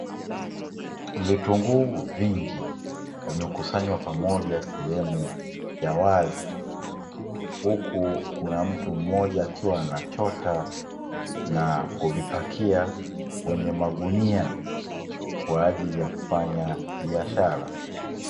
Vitunguu vingi vimekusanywa pamoja sehemu ya wazi, huku kunamtu mmoja akiwa anachota na kuvipakia kwenye magunia kwa ajili ya kufanya biashara.